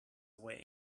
away